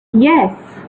yes